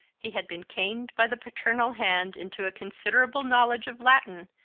he had been caned by the paternal hand into a considerable knowledge of latin,